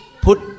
put